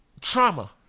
trauma